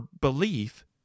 belief